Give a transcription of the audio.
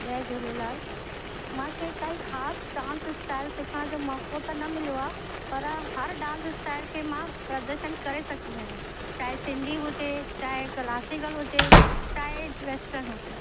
जय झूलेलाल मूंखे काई ख़ासि डांस स्टाइल सिखण जो मौको त न मिलियो आहे पर हर डांस स्टाइल खे मां प्रदर्शन करे सघंदी आहियां चाहे सिंधी हुजे चाहे क्लासिकल हुजे चाहे वेस्टर्न हुजे